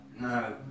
No